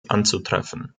anzutreffen